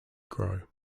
grow